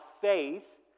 faith